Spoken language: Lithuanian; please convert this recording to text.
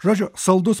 žodžiu saldus